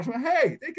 hey